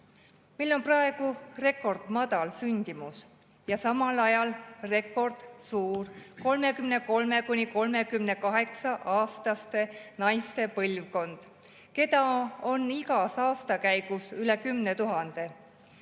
Meil on praegu rekordmadal sündimus ja samal ajal rekordsuur 33–38‑aastaste naiste põlvkond, keda on igas aastakäigus üle 10 000.